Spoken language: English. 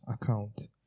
account